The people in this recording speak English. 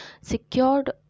secured